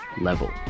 level